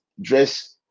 dress